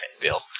bill